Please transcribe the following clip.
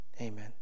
Amen